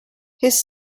his